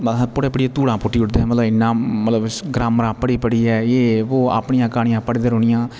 महा पढ़ी पढ़ी तुड़ा पुटी ओढ़ दे हे मतलब इन्ना मतलब ग्रामरा पढ़ी पढ़ी ऐ ये बोह अपनी कहानियां पढ़दे रौह्ंना